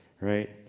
right